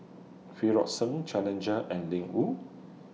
Frixion Challenger and Ling Wu